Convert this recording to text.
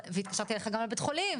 דאגתי לך גם בבית חולים.